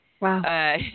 Wow